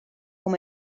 com